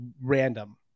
random